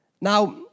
Now